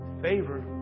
Favor